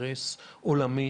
אינטרס עולמי